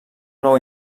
nou